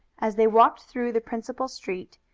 as they walked through the principal street,